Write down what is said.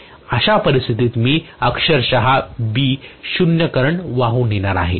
अशा परिस्थितीत मी अक्षरशः B 0 करंट वाहून नेणार आहे